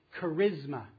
charisma